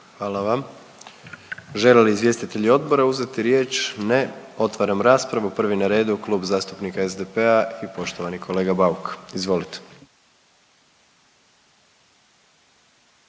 Hvala vam. Žele li izvjestitelji odbora uzeti riječ. Ne. Otvaram raspravu, prvi na redu Klub zastupnika SDP-a i poštovani kolega Bauk. Izvolite.